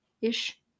Ish